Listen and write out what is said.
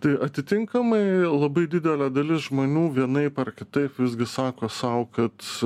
tai atitinkamai labai didelė dalis žmonių vienaip ar kitaip visgi sako sau kad